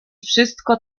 wszystko